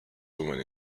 woman